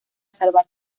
salvar